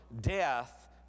death